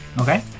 Okay